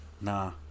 Nah